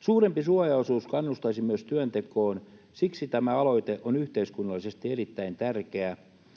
Suurempi suojaosuus kannustaisi myös työntekoon, siksi tämä aloite on yhteiskunnallisesti erittäin tärkeä,